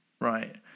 Right